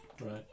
Right